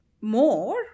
more